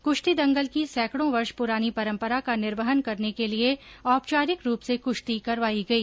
कुश्ती दंगल की सैकड़ों वर्ष पुरानी परम्परा का निर्वहन करने के लिए औपचारिक रूप से कृश्ती करवाई गई